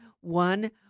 one